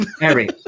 Harry